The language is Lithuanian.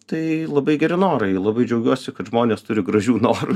tai labai geri norai labai džiaugiuosi kad žmonės turi gražių norų